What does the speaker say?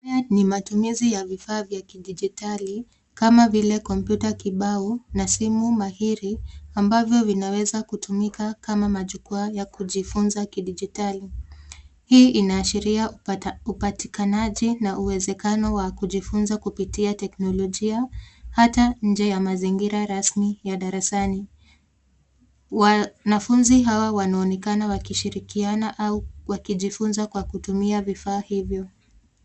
Haya ni matumizi ya vifaa vya kidigitari kama vile kompyuta kibao na simu mahiri ambavyo vinaweza kutumika kama majukwaa ya kujifunza kidigitari. Hii inaashiria upatikanaji na uwezekano wa kujifunza kupitia teknolojia hata nje ya mazingira rasmi ya darasani. Wanafunzi hawa wanaonekana wakishirikiana au wakijifunza kupitia vifaa hivyo.